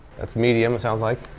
that's medium, sounds like.